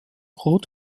rot